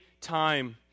time